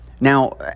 Now